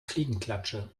fliegenklatsche